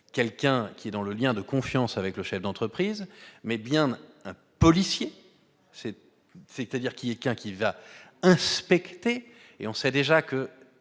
quelqu'un qui est dans le lien de confiance avec le chef d'entreprise, mais bien d'un policier c'est c'est-à-dire qui est qu'un qui va inspecter et on sait déjà que